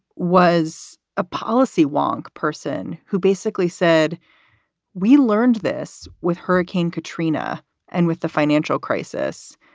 was a policy wonk person who basically said we learned this with hurricane katrina and with the financial crisis,